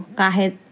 kahit